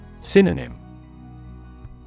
Synonym